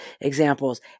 examples